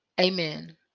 Amen